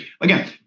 again